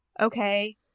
okay